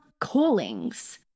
callings